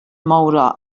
moure